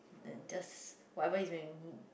and just whatever he's been